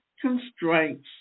constraints